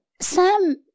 Sam